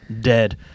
dead